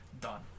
Done